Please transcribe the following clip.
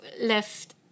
left